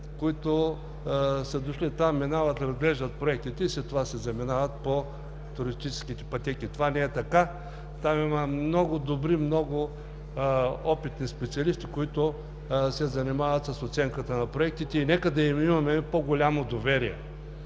които са дошли там, минават, разглеждат проектите и след това си заминават по туристическите пътеки. Това не е така. Там има много добри, много опитни специалисти, които се занимават с оценката на проектите. Нека да им имаме по-голямо доверие.